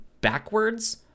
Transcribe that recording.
backwards